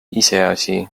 iseasi